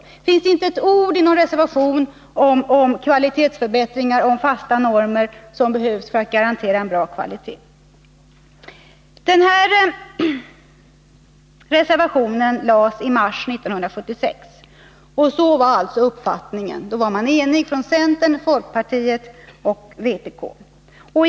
Det finns inte ett ord i någon reservation om kvalitetsförbättringar och om fasta normer, som behövs för att garantera en bra kvalitet. Reservationen lämnades i mars 1976. Då var centerpartiet, folkpartiet och vänsterpartiet kommunisterna eniga.